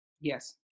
Yes